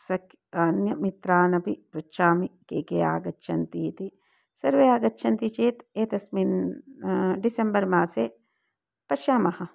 सखी अन्यान् मित्रानपि पृच्छामि के के आगच्छन्ति इति सर्वे आगच्छन्ति चेत् एतस्मिन् डिसेम्बर् मासे पश्यामः